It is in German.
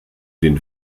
den